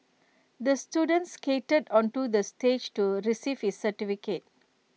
the student skated onto the stage to receive his certificate